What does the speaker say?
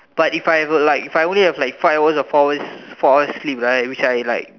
but if I ever like if like I only have like five hours or four hours four hours sleep right which I like